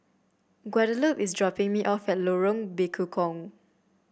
Guadalupe is dropping me off at Lorong Bekukong